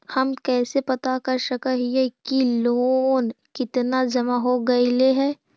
हम कैसे पता कर सक हिय की लोन कितना जमा हो गइले हैं?